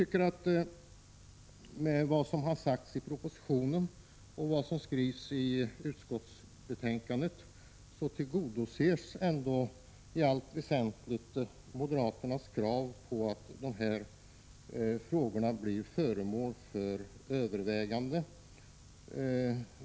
Med vad som har anförts i propositionen och i utskottsbetänkandet tillgodoses i allt väsentligt moderaternas krav på att dessa frågor skall bli föremål för överväganden.